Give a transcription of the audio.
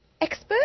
expert